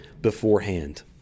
beforehand